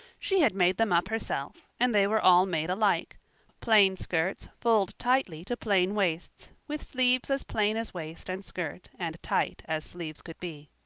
she had made them up herself, and they were all made alike plain skirts fulled tightly to plain waists, with sleeves as plain as waist and skirt and tight as sleeves could be.